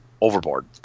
overboard